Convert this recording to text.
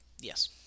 Yes